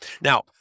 now